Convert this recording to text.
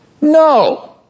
No